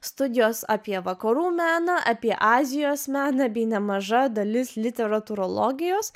studijos apie vakarų meną apie azijos meną bei nemaža dalis literatūrologijos